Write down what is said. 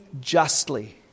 justly